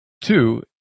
Two